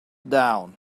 down